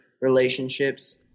relationships